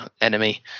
enemy